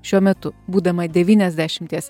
šiuo metu būdama devyniasdešimties